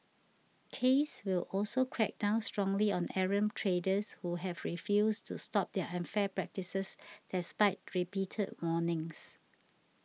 case will also crack down strongly on errant traders who have refused to stop their unfair practices despite repeated warnings